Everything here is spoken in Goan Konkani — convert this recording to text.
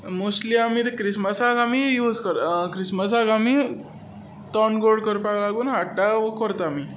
मोस्टली आमी ते क्रिस्मसाक आमी तोंड गोड करपाक लागून हाडटा ओर करता आमी